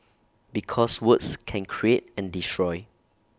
because words can create and destroy